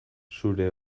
zure